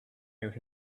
out